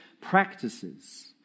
practices